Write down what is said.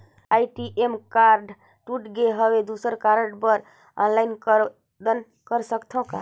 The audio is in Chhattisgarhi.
ए.टी.एम कारड टूट गे हववं दुसर कारड बर ऑनलाइन आवेदन कर सकथव का?